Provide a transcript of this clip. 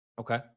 Okay